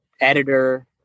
editor